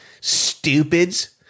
stupids